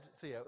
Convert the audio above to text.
Theo